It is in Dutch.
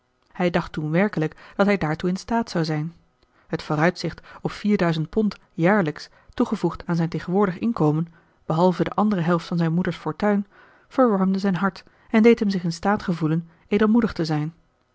hij dacht toen werkelijk dat hij daartoe in staat zou zijn t vooruitzicht op vierduizend pond jaarlijks toegevoegd aan zijn tegenwoordig inkomen behalve de andere helft van zijn moeder's fortuin verwarmde zijn hart en deed hem zich in staat gevoelen edelmoedig te zijn